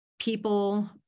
people